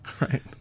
right